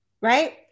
right